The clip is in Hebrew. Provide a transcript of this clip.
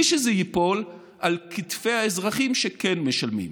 שזה ייפול על כתפי האזרחים שכן משלמים.